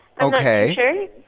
Okay